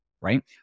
right